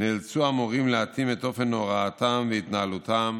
נאלצו המורים להתאים את אופן הוראתם והתנהלותם